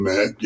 Mac